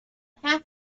half